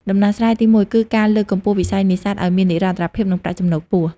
ដំណោះស្រាយទីមួយ គឺការលើកកម្ពស់វិស័យនេសាទឲ្យមាននិរន្តរភាព និងប្រាក់ចំណូលខ្ពស់។